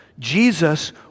Jesus